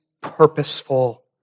purposeful